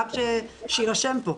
עד שאני איתך אתה גם צועק עליי?